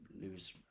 lose